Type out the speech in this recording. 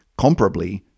comparably